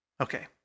Okay